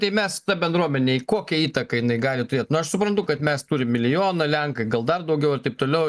tai mes ta bendruomenei kokią įtaką jinai gali turėt nu aš suprantu kad mes turim milijoną lenkai gal dar daugiau ir taip toliau